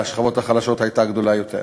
לשכבות החלשות הייתה גדולה יותר.